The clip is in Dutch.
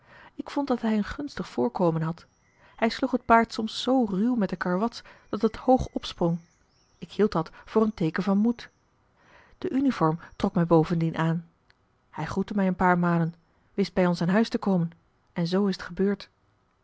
ik vond dat hij een gunstig voorkomen had hij sloeg het paard soms zoo ruw met de karwats dat het hoog opsprong ik hield dat voor een teeken van moed de uniform trok mij bovendien aan hij groette mij een paar malen wist bij ons aan huis te komen en zoo is t gebeurd